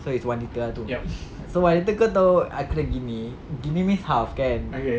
so it's one litre ah tu so one litre kau tahu aku dah gini gini means half kan